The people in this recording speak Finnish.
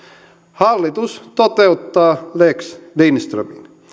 hallitus toteuttaa lex lindströmin